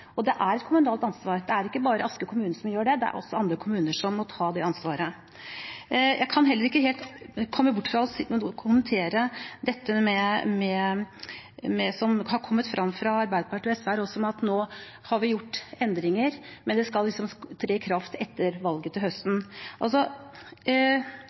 Det er et kommunalt ansvar. Det er ikke bare Asker kommune som gjør det, også andre kommuner må ta det ansvaret. Jeg kan heller ikke helt komme bort fra å kommentere det som har kommet frem fra Arbeiderpartiet og SV om at nå har vi gjort endringer, men de skal tre i kraft etter valget til høsten.